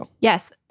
Yes